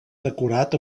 decorat